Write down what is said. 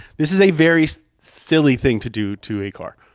this is a very silly thing to do to a car.